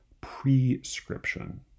prescription